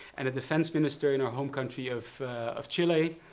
and a defense minister in her home country of of chile.